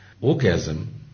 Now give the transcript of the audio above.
orgasm